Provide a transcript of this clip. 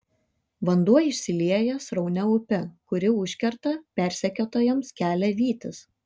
vanduo išsilieja sraunia upe kuri užkerta persekiotojams kelią vytis